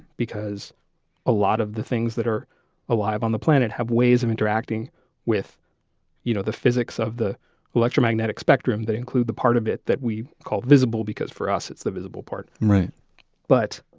because a lot of the things that are alive on the planet have ways of interacting with you know the physics of the electromagnetic spectrum that include the part of it that we call visible. because for us it's the visible part. but